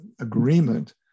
agreement